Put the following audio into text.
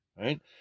Right